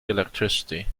electricity